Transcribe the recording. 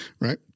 right